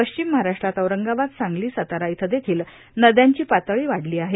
पश्चिम महाराष्ट्रात औरंगाबाद सांगली सातारा इथं देखील नदयांची पातळी वाढली आहे